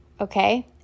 okay